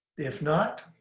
if not,